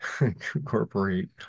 incorporate